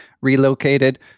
Relocated